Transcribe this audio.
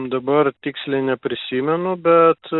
dabar tiksliai neprisimenu bet